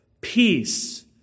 peace